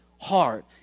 heart